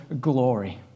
glory